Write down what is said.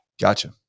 Gotcha